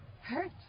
hurts